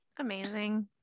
Amazing